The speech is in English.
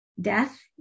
death